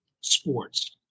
sports